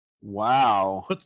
wow